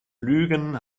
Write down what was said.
lügen